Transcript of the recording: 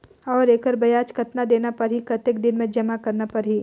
और एकर ब्याज कतना देना परही कतेक दिन मे जमा करना परही??